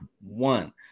one